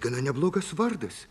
gana neblogas vardas